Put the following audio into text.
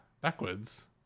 backwards